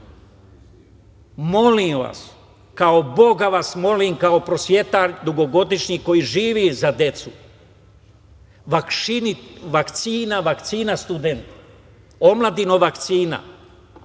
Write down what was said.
Molim vas, kao Boga vas molim, kao prosvetar dugogodišnji, koji živi za decu, vakcina, vakcina, studenti, omladino, vakcina.